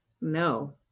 No